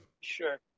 Sure